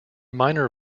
minor